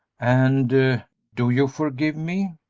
and do you forgive me?